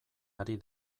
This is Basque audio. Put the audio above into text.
ari